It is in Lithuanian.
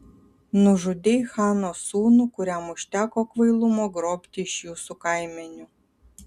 nužudei chano sūnų kuriam užteko kvailumo grobti iš jūsų kaimenių